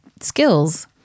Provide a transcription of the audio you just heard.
skills